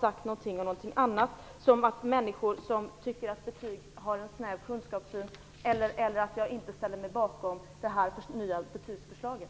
sagt någonting om att människor som tycker att betyg skall finnas har en snäv kunskapssyn eller om att jag inte ställer mig bakom det nya betygsförslaget.